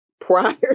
prior